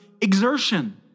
exertion